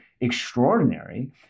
extraordinary